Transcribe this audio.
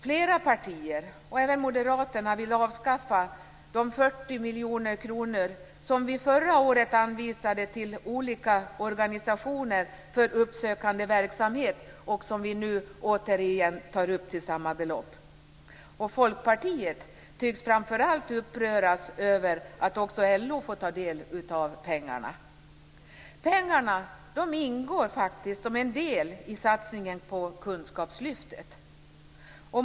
Flera partier, även Moderaterna, vill avskaffa de 40 miljoner kronor som vi förra året anvisade till olika organisationer för uppsökande verksamhet och som vi nu återigen tar upp till samma belopp. Folkpartiet tycks framför allt uppröras över att också LO får del av pengarna. Pengarna ingår faktiskt som en del i satsningen på kunskapslyftet.